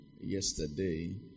yesterday